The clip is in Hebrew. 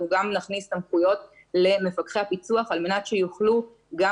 גם נכניס סמכויות למפקחי הפיצו"ח על מנת שיוכלו גם